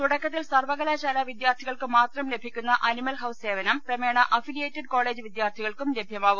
തുടക്കത്തിൽ സർവ കലാശാല്യവിദ്യാർത്ഥികൾക്ക് മാതാരം ലഭിക്കുന്ന അനിമൽ ഹൌസ് സേവനം ക്രമേണ് അഫിലിയേറ്റഡ് കോളജ് വിദ്യാർത്ഥികൾക്കും ലഭ്യമാവും